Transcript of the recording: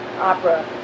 opera